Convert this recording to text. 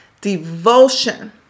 Devotion